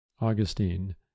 Augustine